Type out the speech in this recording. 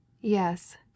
Yes